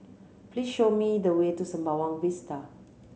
please show me the way to Sembawang Vista